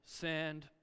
sand